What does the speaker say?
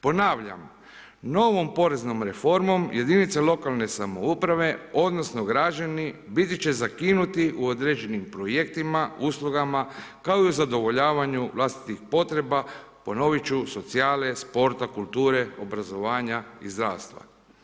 Ponavljam novom poreznom reformom jedinice lokalne samouprave odnosno građani biti će zakinuti u određenim projektima, uslugama kao i zadovoljavanju vlastitih potreba, ponovit ću socijale, sporta, kulture, obrazovanja i zdravstva.